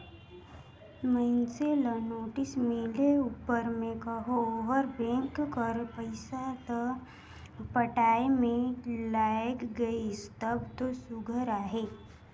मइनसे ल नोटिस मिले उपर में कहो ओहर बेंक कर पइसा ल पटाए में लइग गइस तब दो सुग्घर अहे